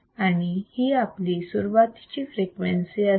आणि ही आपली सुरुवातीची फ्रिक्वेन्सी असेल